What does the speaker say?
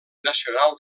nacional